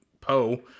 Poe